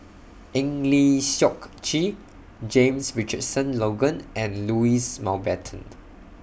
Eng Lee Seok Chee James Richardson Logan and Louis Mountbatten